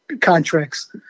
contracts